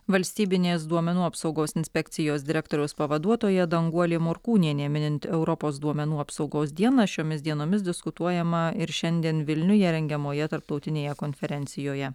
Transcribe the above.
valstybinės duomenų apsaugos inspekcijos direktoriaus pavaduotoja danguolė morkūnienė minint europos duomenų apsaugos dieną šiomis dienomis diskutuojama ir šiandien vilniuje rengiamoje tarptautinėje konferencijoje